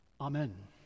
Amen